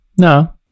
no